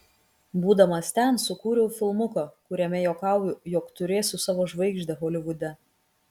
būdamas ten sukūriau filmuką kuriame juokauju jog turėsiu savo žvaigždę holivude